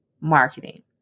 marketing